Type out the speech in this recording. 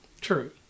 True